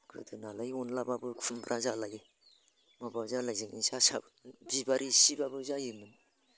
गोदो नालाय अनद्लाब्लाबो खुमब्रा जालाय माबा जालायजों जासाबो बिबार एसेब्लाबो जायो